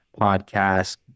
podcast